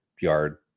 yard